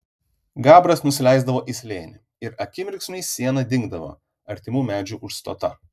gabras nusileisdavo į slėnį ir akimirksniui siena dingdavo artimų medžių užstota